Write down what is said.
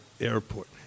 airport